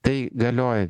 tai galioja